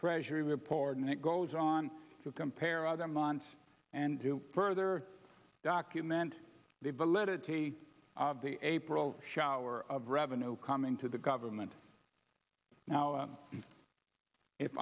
treasury report and it goes on to compare other months and do further document the validity of the april shower of revenue coming to the government now if